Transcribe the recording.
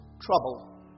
trouble